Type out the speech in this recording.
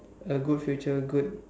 a good future good